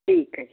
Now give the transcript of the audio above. ਠੀਕ ਹੈ ਜੀ